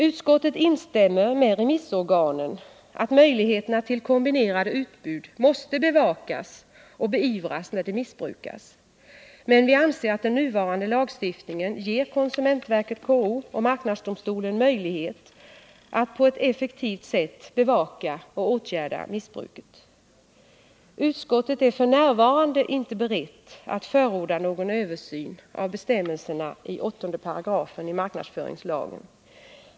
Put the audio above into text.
Utskottet instämmer med remissorganen när det gäller att möjligheterna till kombinerade utbud måste bevakas och beivras när de missbrukas, men vi anser att den nuvarande lagstiftningen ger konsumentverket-KO och marknadsdomstolen möjligheter att på ett effektivt sätt bevaka och åtgärda missbruk. Utskottet är f.n. inte berett att förorda någon översyn av bestämmelserna i 8 § marknadsföringslagen.